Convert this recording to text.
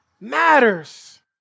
matters